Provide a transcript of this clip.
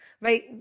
right